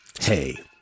hey